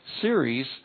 series